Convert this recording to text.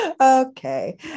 Okay